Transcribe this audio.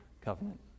covenant